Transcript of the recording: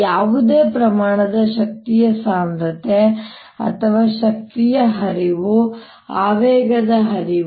ಯಾವುದೇ ಪ್ರಮಾಣದ ಶಕ್ತಿಯ ಸಾಂದ್ರತೆ ಅಥವಾ ಶಕ್ತಿಯ ಹರಿವು ಆವೇಗದ ಹರಿವು